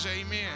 amen